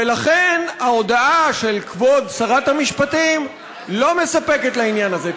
ולכן ההודעה של כבוד שרת המשפטים לא מספקת לעניין הזה.